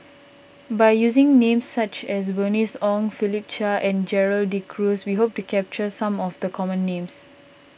by using names such as Bernice Ong Philip Chia and Gerald De Cruz we hope to capture some of the common names